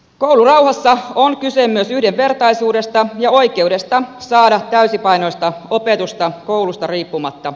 koulurauhassa on kyse myös yhdenvertaisuudesta ja oikeudesta saada täysipainoista opetusta koulusta riippumatta